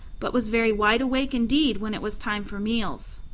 but was very wide awake indeed when it was time for meals.